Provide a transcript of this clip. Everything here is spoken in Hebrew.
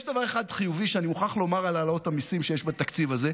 יש דבר אחד חיובי שאני מוכרח לומר על העלאות המיסים שיש בתקציב הזה.